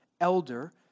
elder